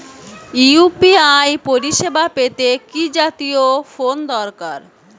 UPI পরিসেবা পেতে কি জাতীয় ফোন দরকার?